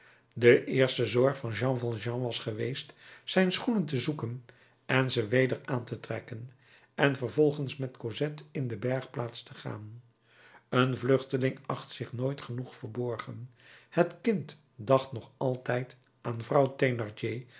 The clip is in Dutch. de eerste zorg van jean valjean was geweest zijn schoenen te zoeken en ze weder aan te trekken en vervolgens met cosette in de bergplaats te gaan een vluchteling acht zich nooit genoeg verborgen het kind dacht nog altijd aan vrouw